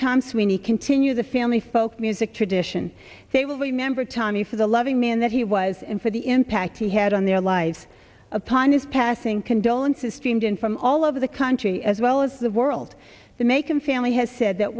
tom sweeney continue the family folk music tradition they will remember tommy for the loving man that he was in for the impact he had on their life upon his passing condolences steamed in from all over the country as well as the world the make and family has said that